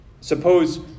Suppose